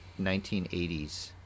1980s